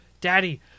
daddy